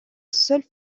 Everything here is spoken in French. seul